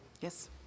yes